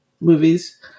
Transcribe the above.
movies